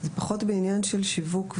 זה פחות בעניין של שיווק וחשיפה.